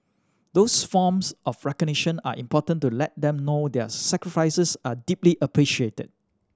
these forms of recognition are important to let them know their sacrifices are deeply appreciated